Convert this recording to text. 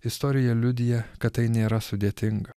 istorija liudija kad tai nėra sudėtinga